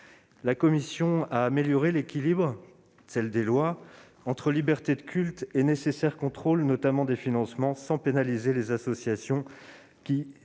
La commission des lois a amélioré l'équilibre entre liberté de culte et nécessaire contrôle, notamment des financements, sans pénaliser les associations qui